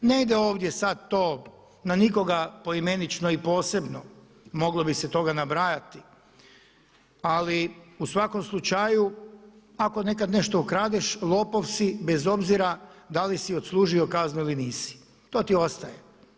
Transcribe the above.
Ne ide ovdje sada to na nikoga poimenično i posebno, moglo bi se toga nabrajati, ali u svakom slučaju ako nekad nešto ukradeš, lopov si bez obzira da li se odslužio kaznu ili nisi, to ti ostaje.